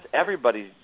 everybody's